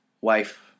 wife